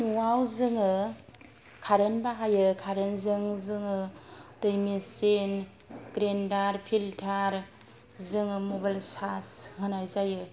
न'वाव जोङो कारेन्ट बाहायो कारेन्ट जों जोङो दै मेचिन ग्रेन्डार फिल्टार आरो जोङो मबाइल चार्ज होनाय जायो